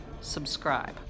subscribe